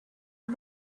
are